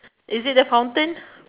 is it the fountain